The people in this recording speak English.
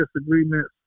disagreements